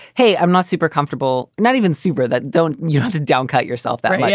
hey, i'm not super comfortable. not even super that don't you don't cut yourself that and yeah